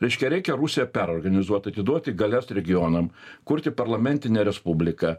reiškia reikia rusiją perorganizuoti atiduoti galias regionam kurti parlamentinę respubliką